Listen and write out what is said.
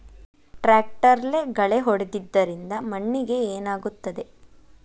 ಟ್ರಾಕ್ಟರ್ಲೆ ಗಳೆ ಹೊಡೆದಿದ್ದರಿಂದ ಮಣ್ಣಿಗೆ ಏನಾಗುತ್ತದೆ?